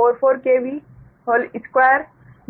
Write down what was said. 𝟕𝟕𝟒𝟒Ω है